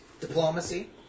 Diplomacy